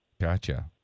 Gotcha